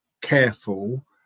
careful